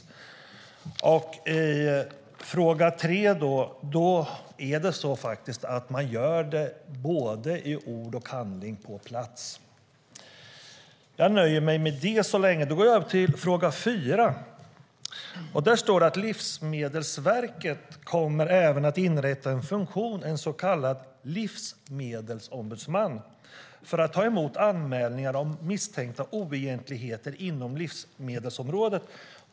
Angående min tredje fråga gör man det alltså i både ord och handling på plats. Jag nöjer mig med det så länge. Jag har en fjärde fråga. Det står i svaret: "Livsmedelsverket kommer även att inrätta en funktion, en så kallad livsmedelsombudsman, för att ta emot anmälningar om misstänkta oegentligheter inom livsmedelsområdet."